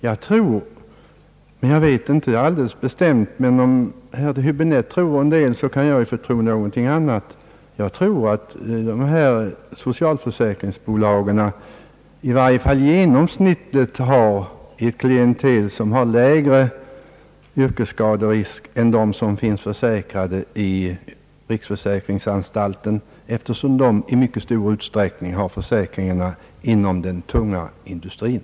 Jag tror — jag vet inte alldeles bestämt, men om herr Häöäbinette tror en del kan också jag få tro en del — att socialförsäkringsbolagen, i varje fall genomsnittligt, har ett klientel, som har lägre yrkesskaderisk än det klientel som finns försäkrat i riksförsäkringsverket, eftersom detta verk i mycket stor utsträckning har försäkringarna inom den tunga industrin.